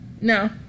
No